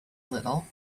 little